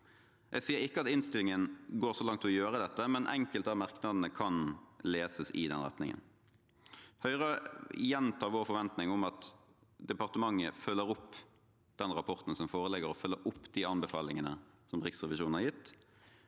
Jeg sier ikke at innstillingen går så langt som å gjøre dette, men enkelte av merknadene kan leses i den retningen. Høyre gjentar vår forventning om at departementet følger opp rapporten som foreligger og de anbefalingene Riksrevisjonen har gitt,